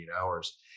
hours